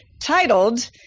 titled